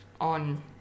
on